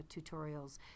tutorials